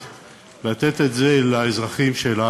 לתת את זה לאזרחים שלה